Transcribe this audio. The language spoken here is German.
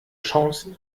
chance